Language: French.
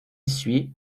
suit